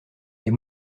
des